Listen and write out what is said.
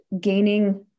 gaining